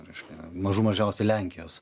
reiškia mažų mažiausiai lenkijos